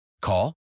Call